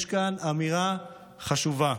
יש כאן אמירה חשובה.